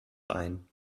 ein